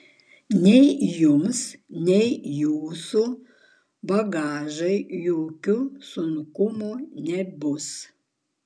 nei jums nei jūsų bagažui jokių sunkumų nebus